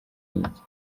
n’iki